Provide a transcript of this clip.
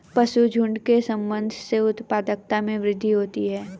पशुझुण्ड के प्रबंधन से उत्पादकता में वृद्धि होती है